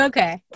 Okay